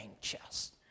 chest